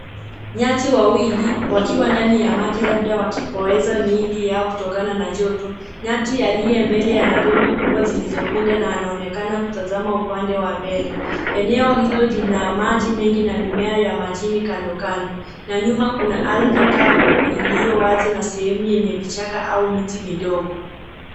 Nyati wawili wakiwa ndani ya maji labda wakipoeza miili yao kutokana na joto. Nyati aliye mbele ana pembe kubwa zilizopinda na anaonekana kutazama upande wa mbele. Eneo hilo lina maji mengi na mimea ya majini kando kando na nyuma kuna ardhi kavu iliyo wazi sehemu yenye vichaka au miti midogo.